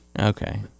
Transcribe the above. Okay